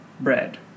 bread